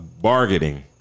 bargaining